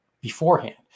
beforehand